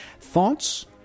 Thoughts